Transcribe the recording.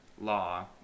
law